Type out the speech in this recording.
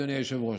אדוני היושב-ראש,